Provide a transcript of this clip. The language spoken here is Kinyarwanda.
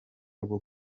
rwo